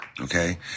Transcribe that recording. Okay